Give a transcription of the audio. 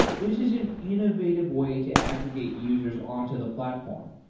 this is an innovative way to aggregate users on to the platform.